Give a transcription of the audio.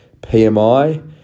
PMI